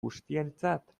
guztientzat